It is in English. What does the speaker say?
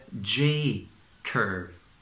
J-Curve